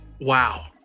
Wow